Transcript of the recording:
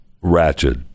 Ratchet